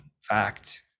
fact